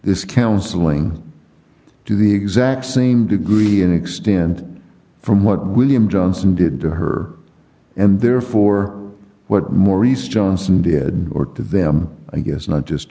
this counseling to the exact same degree an extent from what william johnson did to her and therefore what maurice johnson did to them i guess not just